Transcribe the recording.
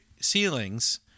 ceilings